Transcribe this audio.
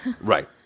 Right